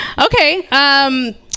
Okay